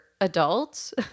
adults